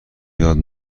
یاد